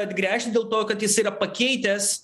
atgręžti dėl to kad jis yra pakeitęs